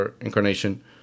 incarnation